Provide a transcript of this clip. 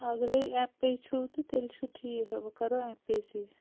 اگرے M P چھُو تہٕ تیلہ چھُ ٹھیٖک بہٕ کرہو ایٚم پے سٕے